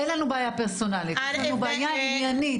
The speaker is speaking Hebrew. אין לנו בעיה פרסונלית, יש לנו בעיה עניינית.